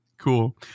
Cool